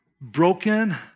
broken